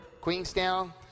Queenstown